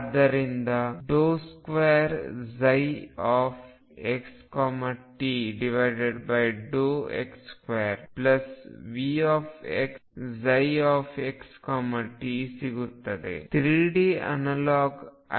ಆದ್ದರಿಂದ 2xtx2Vxψxt ಸಿಗುತ್ತದೆ